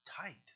tight